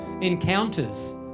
encounters